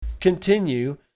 continue